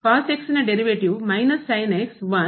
ಆದ್ದರಿಂದ ಇಲ್ಲಿರುವ ಮೈನಸ್ 0 ಗೆ ಹೋಗುತ್ತದೆ